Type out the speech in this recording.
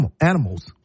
animals